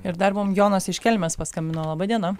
ir dar mum jonas iš kelmės paskambino laba diena